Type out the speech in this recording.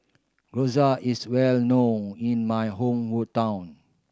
gyoza is well known in my home